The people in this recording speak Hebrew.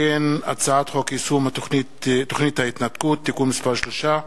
הצעת חוק יישום תוכנית ההתנתקות (תיקון מס' 3),